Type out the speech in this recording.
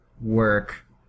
work